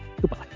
goodbye